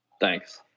thanks